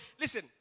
Listen